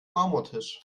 marmortisch